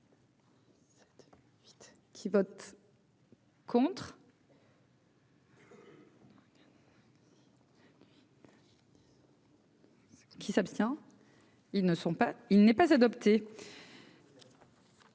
qui vote pour. Qui s'abstient, il n'est pas adopté.